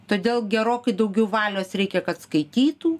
todėl gerokai daugiau valios reikia kad skaitytų